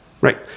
Right